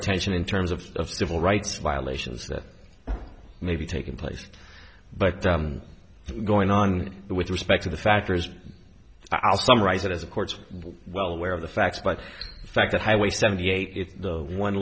attention in terms of civil rights violations that may be taking place but going on with respect to the factors i'll summarize it as a court's well aware of the facts but the fact that highway seventy eight is the one